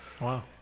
Wow